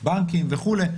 בנקים וכולי,